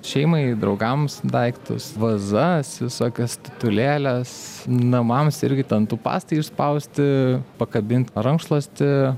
šeimai draugams daiktus vazas visokias statulėles namams irgi dantų pastai išspausti pakabint rankšluostį